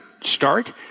start